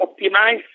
optimize